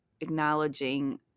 acknowledging